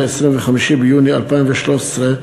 25 ביוני 2013,